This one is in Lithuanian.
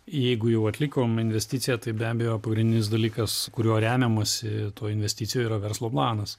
jeigu jau atlikom investiciją tai be abejo pagrindinis dalykas kuriuo remiamasi toj investicijoj yra verslo planas